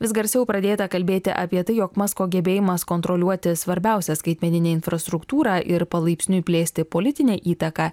vis garsiau pradėta kalbėti apie tai jog masko gebėjimas kontroliuoti svarbiausią skaitmeninę infrastruktūrą ir palaipsniui plėsti politinę įtaką